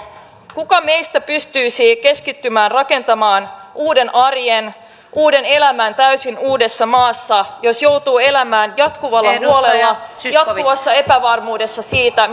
kuka meistä pystyisi keskittymään rakentamaan uuden arjen uuden elämän täysin uudessa maassa jos joutuu elämään jatkuvalla huolella jatkuvassa epävarmuudessa siitä